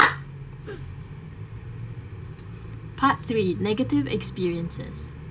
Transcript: part three negative experiences